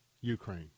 Ukraine